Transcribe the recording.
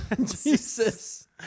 Jesus